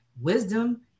wisdom